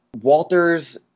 Walter's